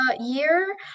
year